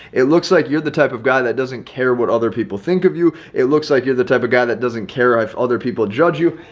it looks like you're the type of guy that doesn't care what other people think of you. it looks like you're the type of guy that doesn't care ah if other people judge you.